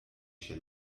się